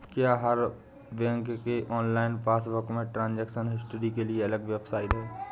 क्या हर बैंक के ऑनलाइन पासबुक में ट्रांजेक्शन हिस्ट्री के लिए अलग वेबसाइट है?